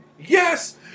Yes